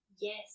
yes